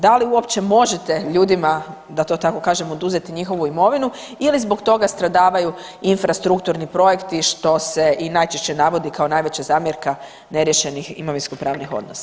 Da li uopće možete ljudima da to tako kažem oduzeti njihovu imovinu ili zbog toga stradavaju infrastrukturni projekti što se i najčešće navodi kao najveća zamjerka neriješenih imovinsko pravnih odnosa.